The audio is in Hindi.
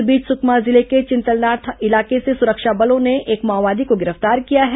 इस बीच सुकमा जिले के चिंतलनार इलाके से सुरक्षा बलों ने एक माओवादी को गिरफ्तार किया है